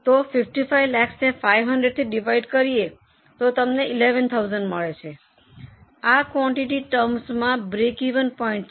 તેથી 55 લાખને 500 થી ડિવાઇડેડ કરીયે તો તમને 11000 મળે છે આ ક્વોન્ટૅટી ટર્મ્સમાં બ્રેકિવન પોઇન્ટ છે